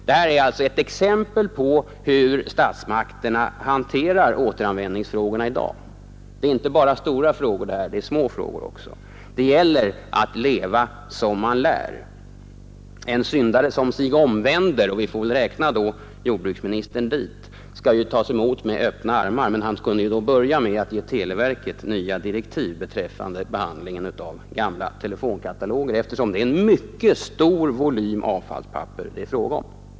Detta är ett exempel på hur statsmakterna behandlar återanvändningsfrågorna i dag. Det är inte bara stora frågor det rör sig om. Det är små frågor också. Och det gäller att leva som man lär. En syndare som sig omvänder — och vi får väl räkna jordbruksministern dit — skall tas emot med öppna armar. Men han skall då börja med att ge televerket nya direktiv beträffande behandlingen av gamla telefonkataloger, eftersom det gäller en mycket stor volym avfallspapper.